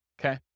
Okay